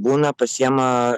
būna pasiekiama